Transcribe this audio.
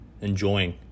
Enjoying